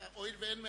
הואיל ואין מהעבודה,